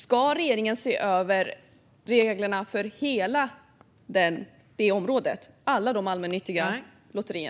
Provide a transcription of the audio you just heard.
Ska regeringen se över reglerna på hela detta område?